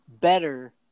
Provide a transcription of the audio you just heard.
better